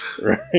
Right